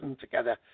together